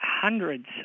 hundreds